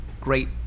great